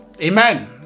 Amen